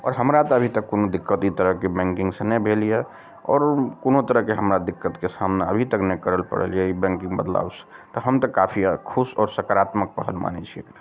आओर हमरा तऽ अभी तक कोनो दिक्कत ई तरहके बैंकिंग सऽ नहि भेल यए आओर कोनो तरहके हमरा दिक्कतके सामना अभी तक नहि करल पड़ल यए ई बैंकिंग बदलावसए तऽ हम तऽ काफी खुश और सकारात्मक पहल मानै छियै एकरा